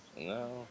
No